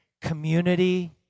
Community